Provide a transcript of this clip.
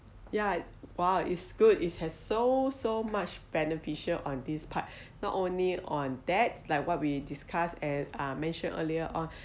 yeah !wow! it's good it has so so much beneficial on this part not only on that like what we discussed and mentioned earlier on